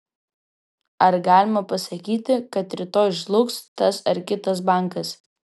ar galima pasakyti kad rytoj žlugs tas ar kitas bankas